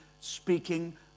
speaking